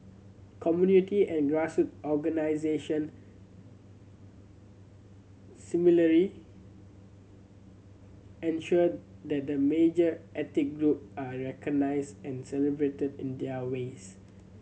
community and grass organisation similarly ensure that the major ethnic group are recognised and celebrated in their ways